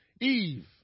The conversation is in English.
Eve